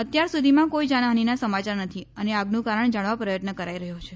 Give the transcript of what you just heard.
અત્યાર સુધીમાં કોઇ જાનહાનિના સમાચાર નથી અને આગનું કારણ જાણવા પ્રયત્ન કરાઇ રહ્યો છે